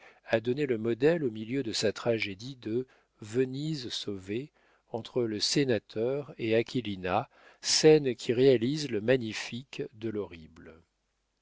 a donné le modèle au milieu de sa tragédie de venise sauvée entre le sénateur et aquilina scène qui réalise le magnifique de l'horrible